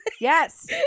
Yes